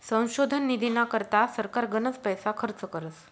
संशोधन निधीना करता सरकार गनच पैसा खर्च करस